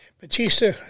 Batista